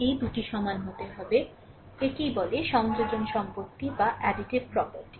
এই দুটি সমান হতে হবে একেই বলে সংযোজন সম্পত্তি বা অ্যাডিটিভ প্রপার্টি